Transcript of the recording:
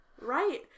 right